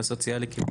בסוציאלי קיבל.